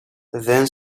then